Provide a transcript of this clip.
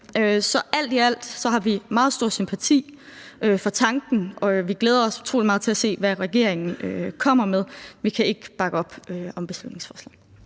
Så alt i alt har vi meget stor sympati for tanken, og vi glæder os utrolig meget til at se, hvad regeringen kommer med. Men vi kan ikke bakke op om beslutningsforslaget.